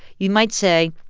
you might say,